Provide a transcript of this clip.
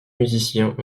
musiciens